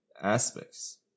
aspects